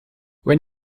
when